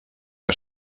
que